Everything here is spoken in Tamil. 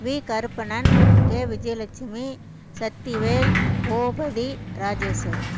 we Karuppannan K Vijayalakshmi Sakthivel Boopathi Rajeswari